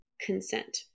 consent